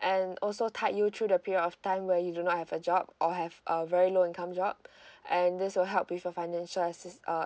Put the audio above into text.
and also tie you through the period of time where you do not have a job or have a very low income job and this will help with a financial assist uh